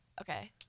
Okay